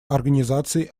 организации